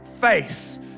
face